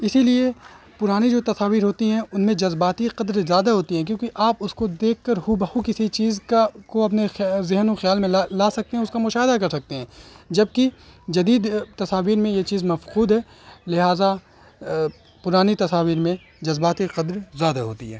اسی لیے پرانی جو تصاویر ہوتی ہیں ان میں جذباتی قدر زیادہ ہوتی ہیں کیونکہ آپ اس کو دیکھ کر ہو بہ ہو کسی چیز کا کو اپنے خا ذہن و خیال میں لا لا سکتے ہیں اس کا مشاہدہ کر سکتے ہیں جبکہ جدید تصاویر میں یہ چیز مفقود ہے لہٰذا پرانی تصاویر میں جذباتی قدر زیادہ ہوتی ہے